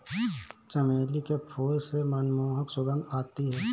चमेली के फूल से मनमोहक सुगंध आती है